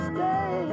Stay